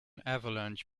avalanche